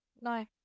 No